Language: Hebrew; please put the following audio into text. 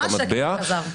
ממש שקר וכזב.